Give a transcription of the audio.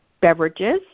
beverages